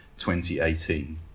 2018